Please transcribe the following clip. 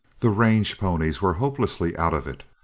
the range ponies were hopelessly out of it.